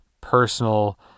personal